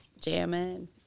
Jamming